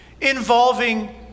involving